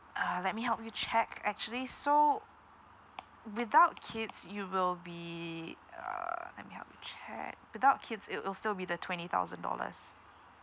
uh let me help you check actually so without kids it will be uh let me help you check without kids it will still be the twenty thousand dollars